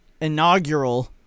inaugural